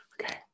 Okay